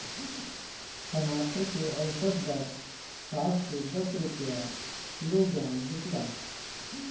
टमाटर के औसत दर सात से दस रुपया किलोग्राम बिकला?